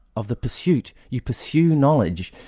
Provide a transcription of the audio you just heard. of the pursuit. you pursue knowledge,